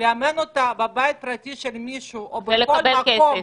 ולאמן אותה בבית פרטי של מישהו או בכל מקום